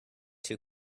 two